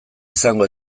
izango